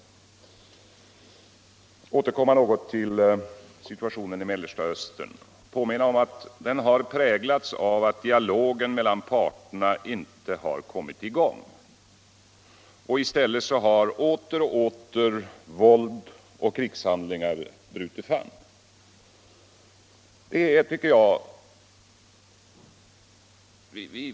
Situationen i Mellersta Östern vill jag återkomma något till. Jag påminner om att den har präglats av att dialogen mellan parterna inte har kommit i gång. I stället har åter och åter våld och krigshandlingar brutit fram.